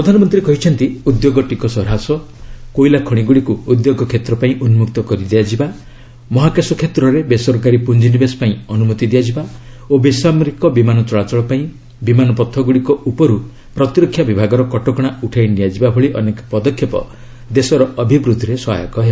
ପ୍ରଧାନମନ୍ତ୍ରୀ କହିଛନ୍ତି ଉଦ୍ୟୋଗ ଟିକସ ହ୍ରାସ କୋଇଲା ଖଣିଗୁଡ଼ିକୁ ଉଦ୍ୟୋଗ କ୍ଷେତ୍ର ପାଇଁ ଉନ୍କକ୍ତ କରିଦିଆଯିବା ମହାକାଶ କ୍ଷେତ୍ରରେ ବେସରକାରୀ ପୁଞ୍ଜିନିବେଶ ପାଇଁ ଅନୁମତି ଦିଆଯିବା ଓ ବେସାମରିକ ବିମାନ ଚଳାଚଳ ପାଇଁ ବିମାନପଥଗୁଡ଼ିକ ଉପରୁ ପ୍ରତିରକ୍ଷା ବିଭାଗର କଟକଣା ଉଠାଇ ନିଆଯିବା ଭଳି ଅନେକ ପଦକ୍ଷେପ ଦେଶର ଅଭିବୃଦ୍ଧିରେ ସହାୟକ ହେବ